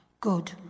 good